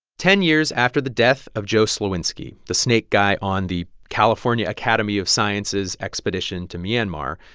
ten years after the death of joe slowinski, the snake guy on the california academy of sciences expedition to myanmar,